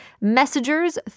messengers